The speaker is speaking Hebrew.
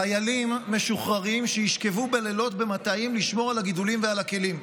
חיילים משוחררים שישכבו בלילות במטעים לשמור על הגידולים ועל הכלים.